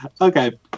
Okay